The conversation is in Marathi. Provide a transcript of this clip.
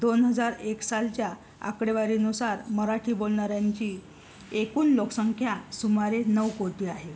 दोन हजार एक सालच्या आकडेवारीनुसार मराठी बोलणाऱ्यांची एकूण लोकसंख्या सुमारे नऊ कोटी आहे